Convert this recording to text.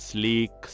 Sleek